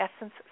Essence